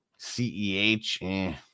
CEH